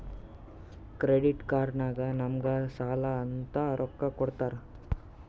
credit card ನಾಗ್ ನಮುಗ್ ಸಾಲ ಅಂತ್ ರೊಕ್ಕಾ ಕೊಡ್ತಾರ್